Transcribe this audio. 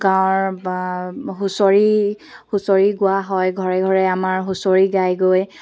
গাঁৱৰ হুঁচৰি হুঁচৰি গোৱা হয় ঘৰে ঘৰে আমাৰ হুঁচৰি গাই গৈ